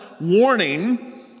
warning